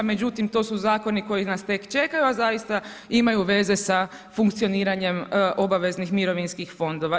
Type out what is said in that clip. Međutim, to su zakoni koji nas tek čekaju, a zaista imaju veze sa funkcioniranjem obaveznih mirovinskih fondova.